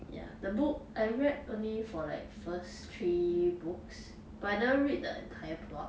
ya the book I read only for like first three books but I never read the entire plot